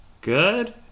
good